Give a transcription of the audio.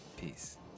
Peace